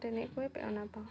মই তেনেকৈয়ে প্ৰেৰণা পাওঁ